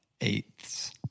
eighths